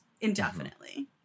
indefinitely